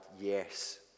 Yes